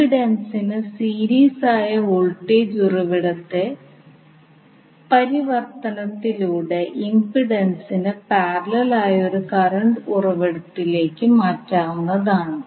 അടുത്തതായി നമ്മൾ ഇന്റെ മൂല്യം കണ്ടെത്തണം കാരണം ഇന്റെ മൂല്യം കണ്ടെത്തേണ്ടതുണ്ട്